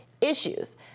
issues